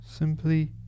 Simply